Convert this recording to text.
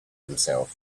himself